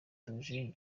theogene